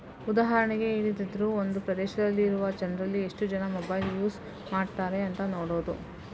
ಉದಾಹರಣೆಗೆ ಹೇಳುದಿದ್ರೆ ಒಂದು ಪ್ರದೇಶದಲ್ಲಿ ಇರುವ ಜನ್ರಲ್ಲಿ ಎಷ್ಟು ಜನ ಮೊಬೈಲ್ ಯೂಸ್ ಮಾಡ್ತಾರೆ ಅಂತ ನೋಡುದು